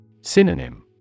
Synonym